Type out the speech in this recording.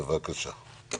בבקשה.